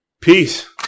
Peace